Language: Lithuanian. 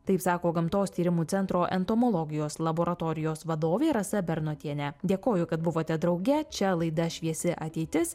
taip sako gamtos tyrimų centro entomologijos laboratorijos vadovė rasa bernotienė dėkoju kad buvote drauge čia laida šviesi ateitis